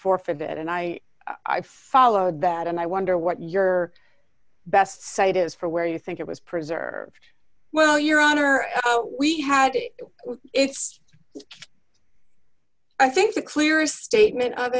forfeited and i i followed that and i wonder what your best site is for where you think it was preserved well your honor we had it's i think the clearest statement of